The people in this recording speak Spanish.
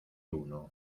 uno